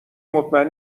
مطمئن